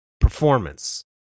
performance